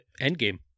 Endgame